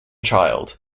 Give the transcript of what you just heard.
child